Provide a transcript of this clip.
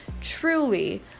truly